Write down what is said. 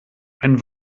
ein